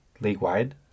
League-wide